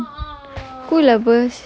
tukang kebun